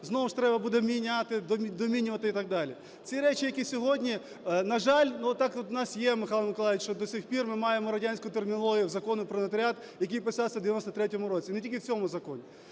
знову ж треба буде міняти, домінювати і так далі. Ці речі, які сьогодні, на жаль, от так от у нас є, Михайло Миколайович, що до цих пір ми маємо радянську термінологію в Законі "Про нотаріат", який писався в 1993 році. І не тільки в цьому законі.